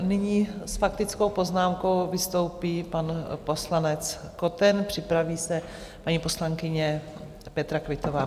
Nyní s faktickou poznámkou vystoupí pan poslanec Koten, připraví se paní poslankyně Petra Quittová.